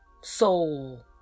Soul